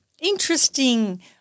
interesting